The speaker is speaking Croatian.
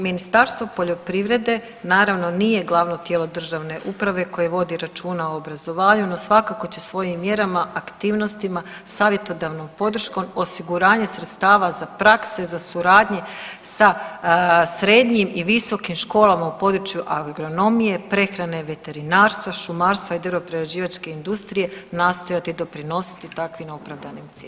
Ministarstvo poljoprivrede naravno nije glavno tijelo državne uprave koje vodi računa o obrazovanju no svakako će svojim mjerama, aktivnostima, savjetodavnom podrškom osiguranje sredstava za prakse, za suradnje sa srednjim i visokim školama u području agronomije, prehrane, veterinarstva, šumarstva i drvoprerađivačke industrije nastojati doprinositi takvim opravdanim ciljevima.